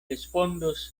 respondos